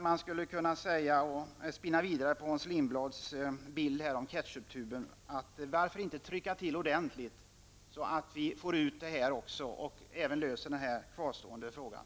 Man skulle kunna spinna vidare på Hans Lindblads exempel med ketchuptuben. Varför inte trycka till ordentligt, så att vi får ut även detta problem och löser den kvarstående frågan.